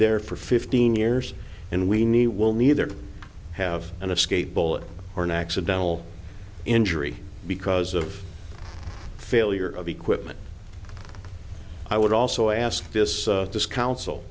there for fifteen years and we need will neither have an escape bullet or an accidental injury because of failure of equipment i would also ask this discoun